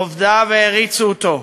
עובדיו העריצו אותו.